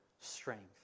strength